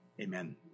amen